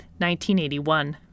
1981